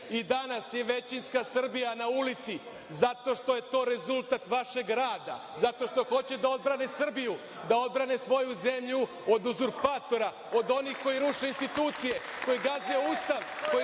i danas je većinska Srbija na ulici zato što je to rezultat vašeg rada, zato što hoće da odbrane Srbiju, da odbrane svoju zemlju od uzurpatora, od onih koji ruše institucije, koji gaze Ustav,